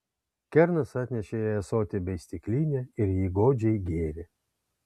kernas atnešė jai ąsotį bei stiklinę ir ji godžiai gėrė